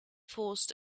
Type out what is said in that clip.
forced